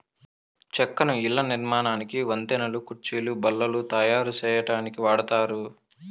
చెక్కను ఇళ్ళ నిర్మాణానికి, వంతెనలు, కుర్చీలు, బల్లలు తాయారు సేయటానికి వాడతారు